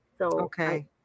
Okay